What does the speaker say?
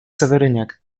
seweryniak